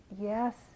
Yes